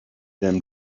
them